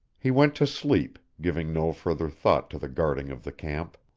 he went to sleep, giving no further thought to the guarding of the camp.